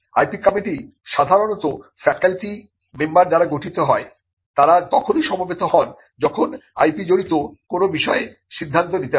IP committee সাধারণত faculty faculty member দ্বারা গঠিত হয় যারা তখনই সমবেত হন যখন IP জড়িত কোন বিষয়ে সিদ্ধান্ত নিতে হয়